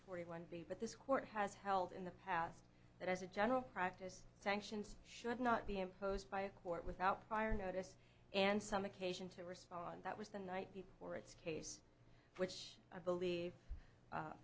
it but this court has held in the past that as a general practice sanctions should not be imposed by a court without prior notice and some occasion to respond that was the night before its case which i believe